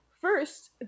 first